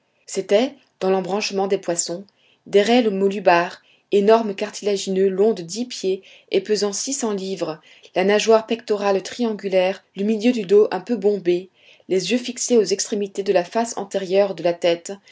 c'étaient dans l'embranchement des poissons des raies molubars énormes cartilagineux longs de dix pieds et pesant six cents livres la nageoire pectorale triangulaire le milieu du dos un peu bombé les yeux fixés aux extrémités de la face antérieure de la tête